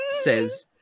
says